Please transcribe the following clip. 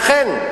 לכן,